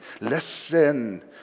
Listen